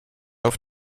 auf